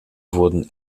wurden